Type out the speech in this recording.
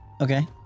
Okay